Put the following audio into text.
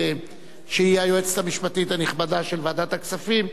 היועצת המשפטית הנכבדה של ועדת הכספים,